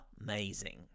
Amazing